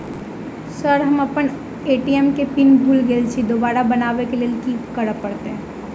Sir हम अप्पन ATM केँ पिन भूल गेल छी दोबारा बनाबै लेल की करऽ परतै?